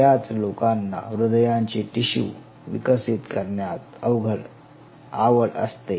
ब याच लोकांना हृदयाचे टिशू विकसित करण्यात आवड असते